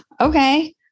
okay